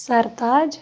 سَرتاج